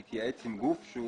יתייעץ עם גוף שהוא